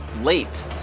late